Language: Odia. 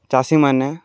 ଚାଷୀମାନେ